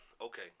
Okay